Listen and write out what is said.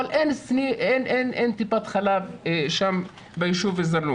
אבל אין טיפת חלב בישוב הזה.